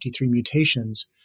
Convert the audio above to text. mutations